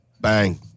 Bang